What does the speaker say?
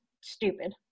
stupid